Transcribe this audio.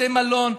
בתי מלון,